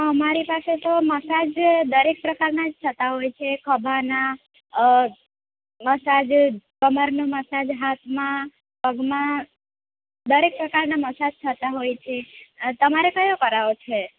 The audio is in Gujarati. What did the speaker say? અમારી પાસે તો મસાજ છે દરેક પ્રકારના થતાં હોય છે ખભાના મસાજ કમરના માથાના હાથના પગમાં દરેક પ્રકારના મસાજ થતાં હોય છે તમારે કયો કરાવવો છે